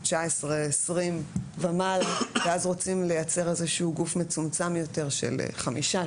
19 20 ומעלה ואז רוצים לייצר איזשהו גוף מצומצם יותר של חמישה,